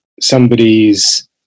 somebody's